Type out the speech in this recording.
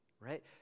right